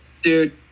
Dude